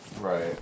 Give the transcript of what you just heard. Right